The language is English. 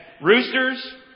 roosters